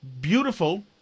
beautiful